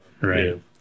Right